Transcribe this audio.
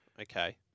Okay